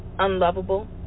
unlovable